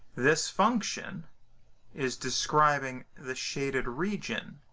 this function is describing the shaded region